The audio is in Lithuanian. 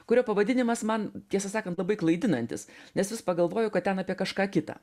kurio pavadinimas man tiesą sakant labai klaidinantis nes vis pagalvoju kad ten apie kažką kitą